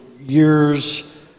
Years